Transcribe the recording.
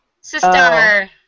sister